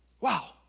Wow